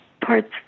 parts